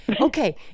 Okay